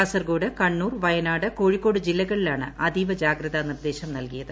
കാസർഗോഡ് കണ്ണൂർ വയനാട് കോഴിക്കോട് ജില്ലകളിലാണ് അതീവ ജാഗ്രതാ നിർദ്ദേശം നൽകിയത്